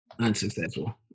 unsuccessful